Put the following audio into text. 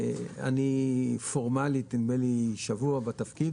פורמאלית אני שבוע בתפקיד,